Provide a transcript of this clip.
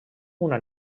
una